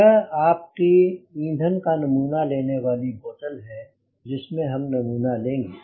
यह आपकी ईंधन का नमूना लेने वाली बोतल है जिसमे हम नमूना लेंगे